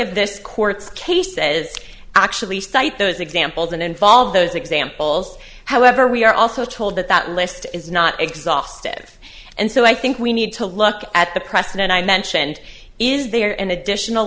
of this court's katie says actually stipe those examples that involve those examples however we are also told that that list is not exhaustive and so i think we need to look at the precedent i mentioned is there an additional